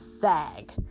sag